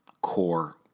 core